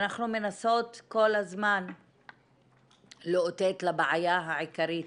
ואנחנו מנסות כל הזמן לאותת לבעיה העיקרית